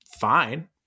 fine